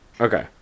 Okay